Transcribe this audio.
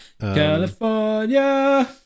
California